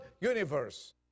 universe